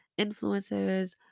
influencers